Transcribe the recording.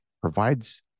provides